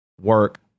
work